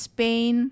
Spain